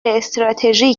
استراتژی